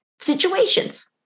situations